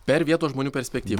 per vietos žmonių perspektyvą